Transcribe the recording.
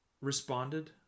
responded